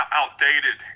outdated